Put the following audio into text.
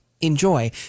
enjoy